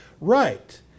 right